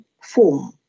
form